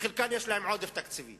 שחלקן יש להן עודף תקציבי